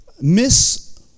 miss